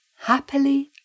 happily